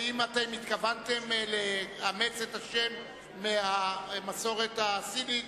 האם אתם התכוונתם לאמץ את השם מהמסורת הסינית?